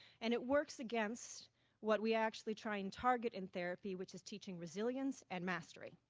and it works against what we actually try and target in therapy, which is teaching resilience and mastery.